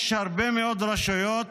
יש היום הרבה מאוד רשויות